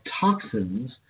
toxins